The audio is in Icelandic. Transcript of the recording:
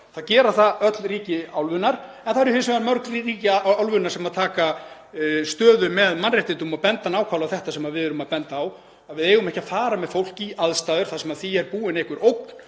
gera það en það eru hins vegar mörg ný ríki álfunnar sem taka stöðu með mannréttindum og benda nákvæmlega á þetta sem við erum að benda á, að við eigum ekki að fara með fólk í aðstæður þar sem því er búin einhver ógn